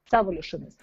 savo lėšomis